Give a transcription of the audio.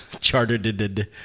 Chartered